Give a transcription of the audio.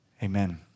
Amen